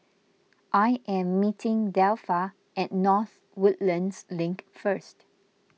I am meeting Delpha at North Woodlands Link first